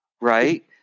Right